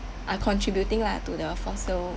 are contributing lah to the fossil